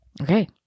Okay